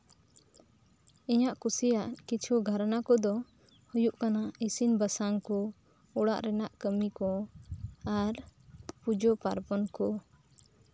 ᱤᱧᱟᱹᱜ ᱠᱩᱥᱤᱭᱟᱜ ᱠᱤᱪᱷᱩ ᱜᱳᱨᱳᱣᱟ ᱠᱚᱫᱚ ᱦᱩᱭᱩᱜ ᱠᱟᱱᱟ ᱤᱥᱤᱱ ᱵᱟᱥᱟᱝ ᱠᱚ ᱚᱲᱟᱜ ᱨᱮᱭᱟᱜ ᱠᱟᱹᱢᱤ ᱠᱚ ᱟᱨ ᱯᱩᱡᱟᱹ ᱯᱟᱨᱵᱚᱱ ᱠᱚ